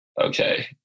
okay